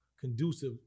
conducive